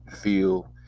feel